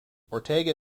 ortega